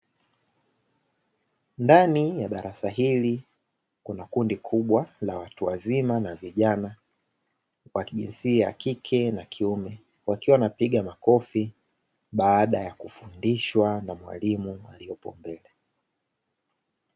Ndani ya darasa hili kuna kundi kubwa la watu wazima na vijana, wa kijinsia kike na kiume, wakiwa wanapiga makofi baada ya kufundishwa na mwalimu waliopo mbele.